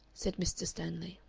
said mr. stanley.